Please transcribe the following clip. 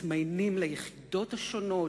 מתמיינים ליחידות השונות,